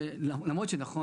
אז בימים כתיקונם,